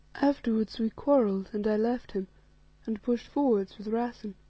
afterwards we quarrelled, and i left him and pushed forward with rassen.